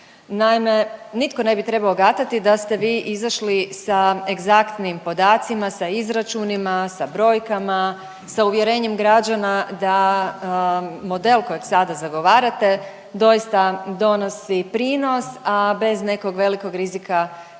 Naime, nitko ne bi trebao gatati da ste vi izašli sa egzaktnim podacima, sa izračunima, sa brojkama, sa uvjerenjem građana da model kojeg sada zagovarate doista donosi prinos, a bez nekog velikog rizika za